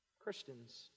Christians